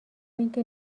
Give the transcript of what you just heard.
اینکه